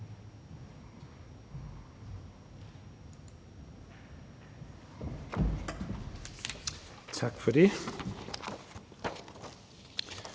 Tak for det.